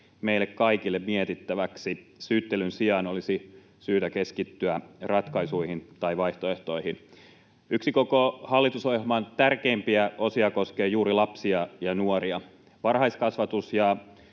meille kaikille mietittäväksi: syyttelyn sijaan olisi syytä keskittyä ratkaisuihin tai vaihtoehtoihin. Yksi koko hallitusohjelman tärkeimpiä osia koskee juuri lapsia ja nuoria. Varhaiskasvatus ja